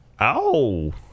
Ow